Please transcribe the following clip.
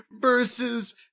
versus